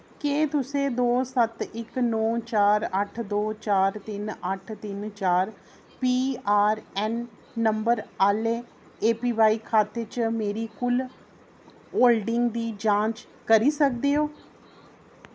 केह् तुसें दो सत्त इक नौ चार अट्ठ दो चार तिन अट्ठ तिन चार पी आर एन नम्बर आह्ले ए पी वाई खाते च मेरी कुल होल्डिंग दी जांच करी सकदे ओ